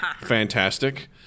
Fantastic